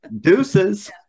deuces